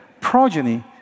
progeny